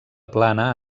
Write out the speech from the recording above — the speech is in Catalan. plana